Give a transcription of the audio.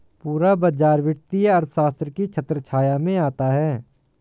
पूरा बाजार वित्तीय अर्थशास्त्र की छत्रछाया में आता है